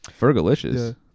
Fergalicious